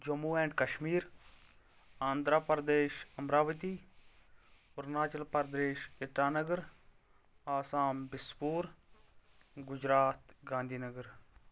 Jammu and Kashmir Andhra Pradesh Amaravati Arunachal Pradesh Itanagar Assam Dispur Gujarat Gandhi Nagar